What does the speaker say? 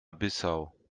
bissau